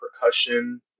percussion